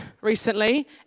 recently